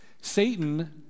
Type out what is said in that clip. Satan